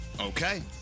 Okay